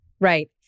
right